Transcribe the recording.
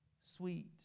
sweet